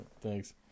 Thanks